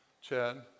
Chad